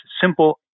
simple